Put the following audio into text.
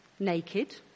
Naked